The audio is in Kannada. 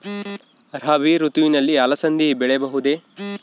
ರಾಭಿ ಋತುವಿನಲ್ಲಿ ಅಲಸಂದಿ ಬೆಳೆಯಬಹುದೆ?